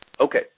Okay